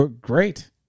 Great